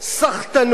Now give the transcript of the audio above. סחטנות